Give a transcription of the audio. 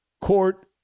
court